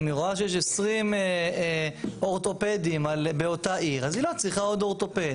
אם היא רואה שיש 20 אורתופדים באותה עיר אז היא לא צריכה עוד אורתופד.